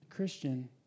Christian